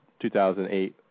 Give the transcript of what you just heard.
2008